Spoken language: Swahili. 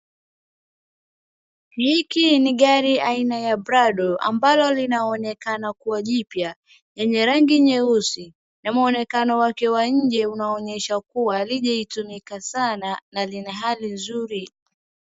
Hiki ni gari aina ya prado ambalo linaonekana kuwa jipya yenye rangi nyeusi na mwonekano wake wa nje unaonyesha kuwa halijatumika sana na lina hali nzuri.